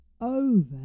over